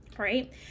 Right